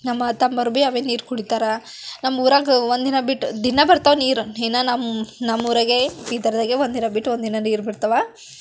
ನಮ್ಮ ತಮ್ಮರು ಭಿ ಅವೇ ನೀರು ಕುಡಿತಾರೆ ನಮ್ಮೂರಾಗ ಒಂದು ದಿನ ಬಿಟ್ಟು ದಿನ ಬರ್ತಾವ ನೀರು ದಿನ ನಮ್ಮುರಾಗೆ ಬೀದರ್ದಾಗೆ ಒಂದು ದಿನ ಬಿಟ್ಟು ಒಂದು ದಿನ ನೀರು ಬರ್ತಾವ